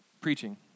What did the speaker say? preaching